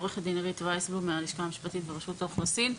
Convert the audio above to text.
עו"ד עירית ויסבלום מהלשכה המשפטית ברשות האוכלוסין.